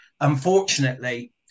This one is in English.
unfortunately